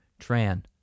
Tran